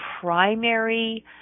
primary